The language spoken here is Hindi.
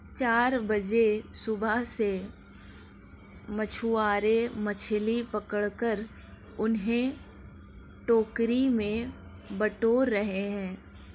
चार बजे सुबह से मछुआरे मछली पकड़कर उन्हें टोकरी में बटोर रहे हैं